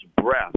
breath –